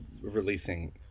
releasing